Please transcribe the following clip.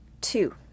Two